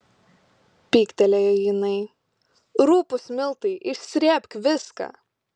pyktelėjo jinai rupūs miltai išsrėbk viską